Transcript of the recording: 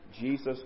Jesus